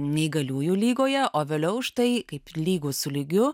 neįgaliųjų lygoje o vėliau už tai kaip lygūs su lygiu